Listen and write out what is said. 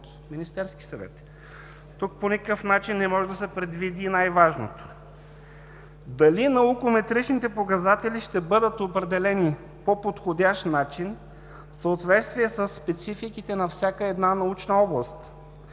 Министерския съвет. Тук по никакъв начин не може да се предвиди най-важното: дали наукометричните показатели ще бъдат определени по подходящ начин, в съответствие със спецификите на всяка една научна област,